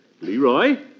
Leroy